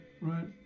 right